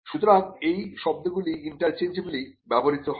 সুতরাং এই শব্দগুলি ইন্টারচেঞ্জব্লি ব্যবহৃত হয়